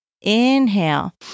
Inhale